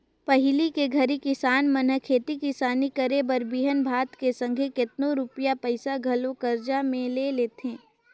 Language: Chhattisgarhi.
पहिली के घरी किसान मन हर खेती किसानी करे बर बीहन भात के संघे केतनो रूपिया पइसा घलो करजा में ले लेथें